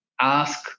ask